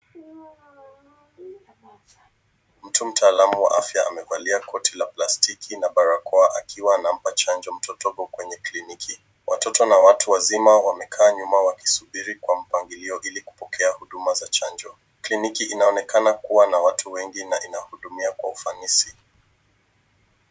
Mtu mtalamu wa afya amevalia koti la plastiki na barakoa akiwa anampa chanjo mtoto huko kwenye kliniki. Watoto na watu wazima wamekaa nyuma wakisubiri kwa mpangilio ili kupokea huduma za chanjo. Kliniki inaonekana kuwa na watu wengi na inahudumia kwa ufanisi.